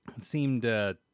seemed